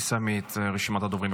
תסיימי את רשימת הדוברים.